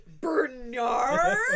Bernard